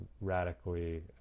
radically